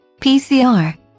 PCR